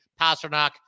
Pasternak